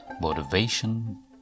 motivation